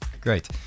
Great